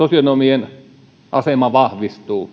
sosionomien asema vahvistuu